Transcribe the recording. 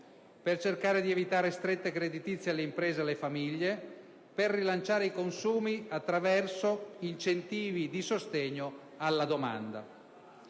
per cercare di evitare strette creditizie alle imprese e alle famiglie, per rilanciare i consumi attraverso incentivi di sostegno alla domanda.